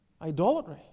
Idolatry